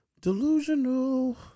Delusional